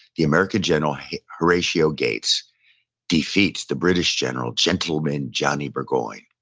the american general horatio gates defeats the british general gentleman johnny bergoyne.